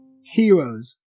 heroes